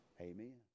Amen